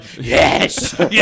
Yes